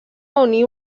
unir